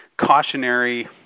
cautionary